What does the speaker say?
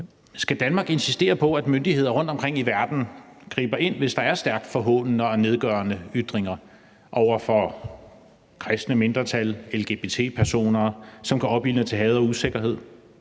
Skal Danmark insistere på, at myndigheder rundtomkring i verden griber ind, hvis der er stærkt forhånende og nedgørende ytringer over for kristne mindretal og lgbt-personer, hvor det kan opildne til had og usikkerhed,